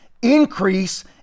Increase